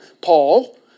Paul